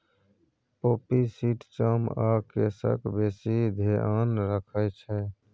poppy seed चाम आ केसक बेसी धेआन रखै छै